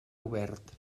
obert